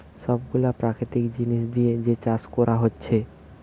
সব গুলা প্রাকৃতিক জিনিস দিয়ে যে চাষ কোরা হচ্ছে